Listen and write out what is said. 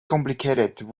complicated